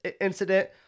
incident